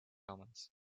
comments